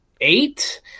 eight